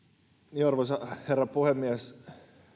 arvoisa herra puhemies